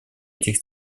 этих